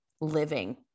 living